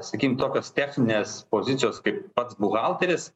sakykim tokios techninės pozicijos kai pats buhalteris